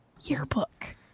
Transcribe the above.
yearbook